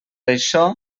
això